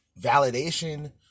validation